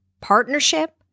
partnership